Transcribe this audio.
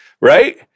right